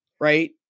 right